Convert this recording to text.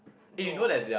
no